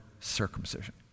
circumcision